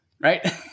right